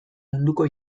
munduko